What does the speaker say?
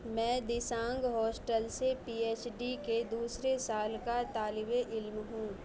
میں دیسانگ ہاسٹل سے P H D کے دوسرے سال کا طالب علم ہوں